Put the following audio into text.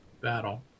battle